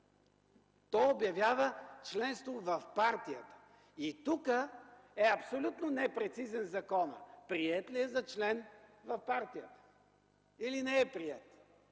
Той обявява членство в партията! И тук законът е абсолютно непрецизен – приет ли е за член в партията или не е приет?!